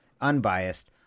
unbiased